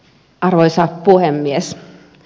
arvoisa puhemies